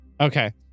okay